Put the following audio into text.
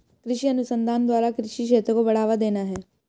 कृषि अनुसंधान द्वारा कृषि क्षेत्र को बढ़ावा देना है